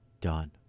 done